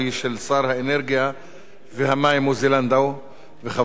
והמים עוזי לנדאו וחברת הכנסת ליה שמטוב.